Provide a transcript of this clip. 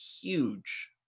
huge